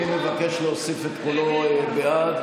מי מבקש להוסיף את קולו בעד?